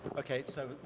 ok, so,